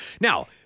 Now